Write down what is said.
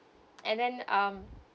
and then um